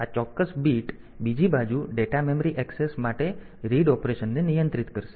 આ ચોક્કસ બીટ બીજી બાજુ ડેટા મેમરી એક્સેસ માટે રીડ ઓપરેશનને નિયંત્રિત કરશે